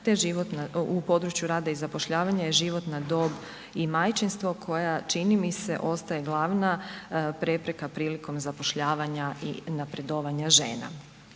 u području rada i zapošljavanja je životna dob i majčinstvo koja čini mi se ostaje glavna prepreka prilikom zapošljavanja i napredovanja žena.